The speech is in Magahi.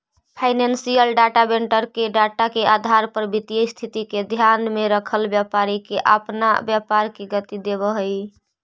फाइनेंशियल डाटा वेंडर के डाटा के आधार पर वित्तीय स्थिति के ध्यान में रखल व्यापारी के अपना व्यापार के गति देवऽ हई